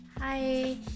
Hi